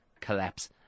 collapse